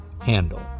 handle